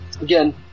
Again